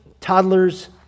toddlers